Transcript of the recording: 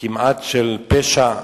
כמעט של פשע,